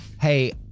Hey